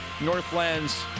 Northlands